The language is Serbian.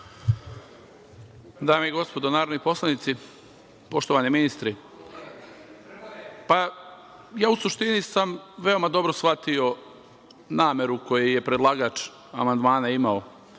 Dame i gospodo narodni poslanici, poštovani ministri, ja sam u suštini veoma dobro shvatio nameru koju je predlagač amandmana imao.